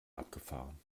abgefahren